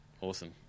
awesome